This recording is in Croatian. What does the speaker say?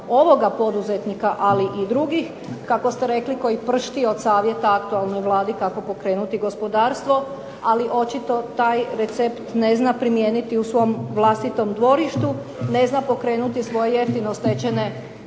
ovoga poduzetnika ali i drugih kako ste rekli koji pršti od savjeta aktualnoj Vladi kako pokrenuti gospodarstvo, ali očito taj recept ne zna primijeniti u svom vlastitom dvorištu, ne zna pokrenuti svoje jeftino stečene